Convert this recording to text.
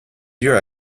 your